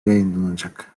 yayınlanacak